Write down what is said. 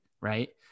right